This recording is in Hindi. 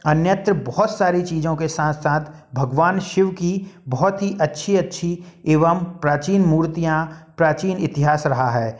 अन्यत्र बहुत सारी चीज़ों के साथ साथ भगवान शिव की बहुत ही अच्छी अच्छी एवं प्राचीन मूर्तियां प्राचीन इतिहास रहा है